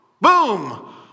boom